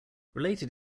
related